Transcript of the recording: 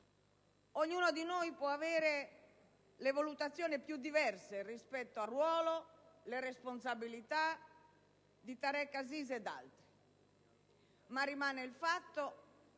Ognuno di noi può avere le valutazioni più diverse rispetto al ruolo, le responsabilità di Tareq Aziz ed altri. Ma rimane il fatto